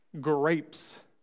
grapes